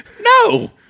No